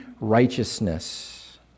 righteousness